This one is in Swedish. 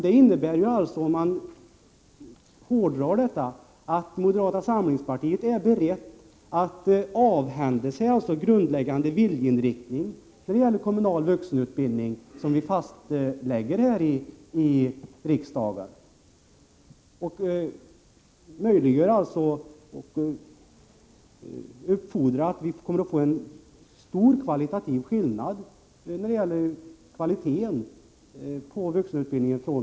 Det innebär alltså, om man hårdrar detta, att man i moderata samlingspartiet är beredd att så att säga avhända sig en grundläggande viljeinriktning när det gäller kommunal vuxenutbildning — någonting som fastläggs här i riksdagen. Man möjliggör alltså, och uppfordrar även, stora skillnader från kommun till kommun när det gäller kvaliteten på vuxenutbildningen.